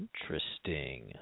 Interesting